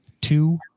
two